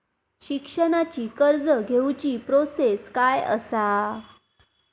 शिक्षणाची कर्ज घेऊची प्रोसेस काय असा?